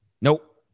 nope